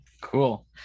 Cool